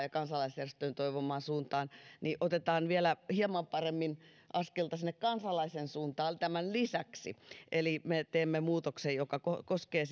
ja kansalaisjärjestöjen toivomaan suuntaan niin otetaan vielä hieman paremmin askelta sinne kansalaisen suuntaan tämän lisäksi me teemme muutoksen joka koskee